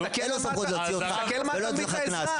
אין לו סמכות להוציא אותך ולא לתת לך קנס.